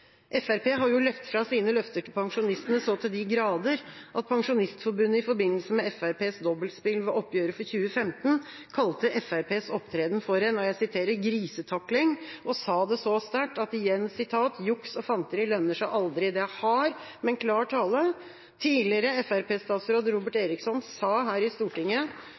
har jo løpt fra sine løfter til pensjonistene så til de grader at Pensjonistforbundet i forbindelse med Fremskrittspartiets dobbeltspill ved oppgjøret for 2015 kalte Fremskrittspartiets opptreden for en «grisetakling», og sa det så sterkt: «Juks og fanteri lønner seg aldri.» Det er hard, men klar tale. Tidligere Fremskrittsparti-statsråd Robert Eriksson sa her i Stortinget